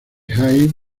high